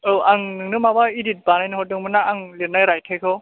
औ आं नोंनो माबा एडिट बानायनो हरदोंमोन ना आं लिरनाय रायथायखौ